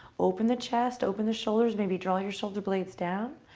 open the chest, open the shoulders may be draw your shoulder blades down.